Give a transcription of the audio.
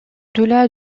delà